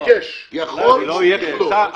יכול שתכלול.